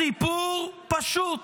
הסיפור פשוט,